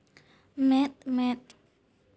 ᱢᱮᱫ ᱢᱮᱫ